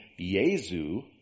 Yezu